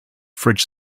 fridge